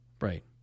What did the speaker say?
Right